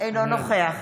אינו נוכח